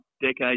decades